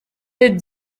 est